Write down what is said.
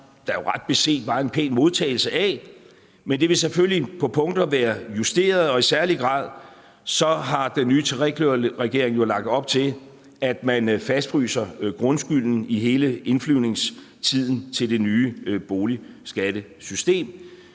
der jo ret beset var en pæn modtagelse af. Men det vil selvfølgelig på punkter være justeret, og i særlig grad har den nye trekløverregering jo lagt op til, at man fastfryser grundskylden i hele indflyvningstiden til det nye boligskattesystem.